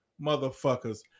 motherfuckers